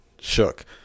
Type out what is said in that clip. Shook